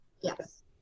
Yes